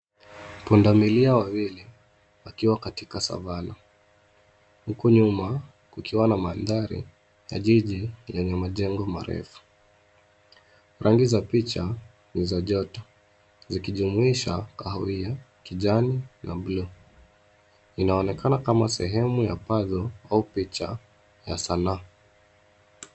Punda milia wawili wakiwa katika savvanah , huku nyuma kukiwa na mandhari ya jiji lenye majengo marefu. Rangi za picha ni za joto, zikijumuisha: kahawia, kijani na bluu. Inaonekana kama sehemu ya pazo au picha ya sanaa.